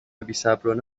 بیصبرانه